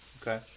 Okay